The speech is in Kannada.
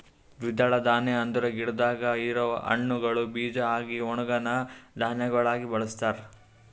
ದ್ವಿದಳ ಧಾನ್ಯ ಅಂದುರ್ ಗಿಡದಾಗ್ ಇರವು ಹಣ್ಣುಗೊಳ್ ಬೀಜ ಆಗಿ ಒಣುಗನಾ ಧಾನ್ಯಗೊಳಾಗಿ ಬಳಸ್ತಾರ್